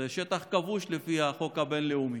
זה שטח כבוש לפי החוק הבין-לאומי.